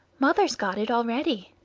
mother's got it already.